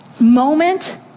moment